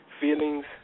feelings